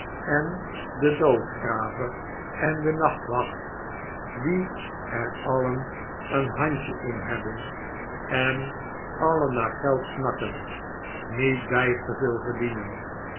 en den doodgraver en de nachtwacht die er alien een handje in hebben en alien naar geld snakken niet byster veel verdienen